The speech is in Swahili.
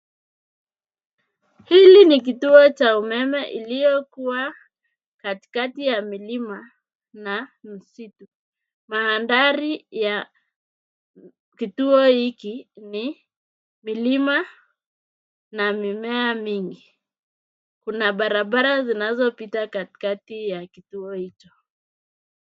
Hili ni kituo cha umeme iliyokuwa katikati ya milima na msitu. Mandhari ya kituo hiki ni milima na mimea mingi. Kuna barabara zinazopita katikati ya kituo hicho.